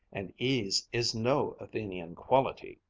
and ease is no athenian quality!